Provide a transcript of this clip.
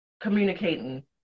communicating